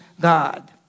God